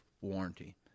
warranty